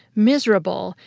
miserable,